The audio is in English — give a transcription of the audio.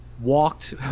walked